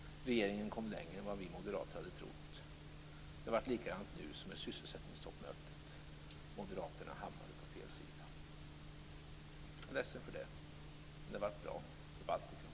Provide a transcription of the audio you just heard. Regeringen kom längre än vad vi moderater hade trott. Det blev likadant nu som med sysselsättningstoppmötet. Moderaterna hamnade på fel sida. Jag är ledsen för det men det blev bra för Baltikum.